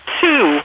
two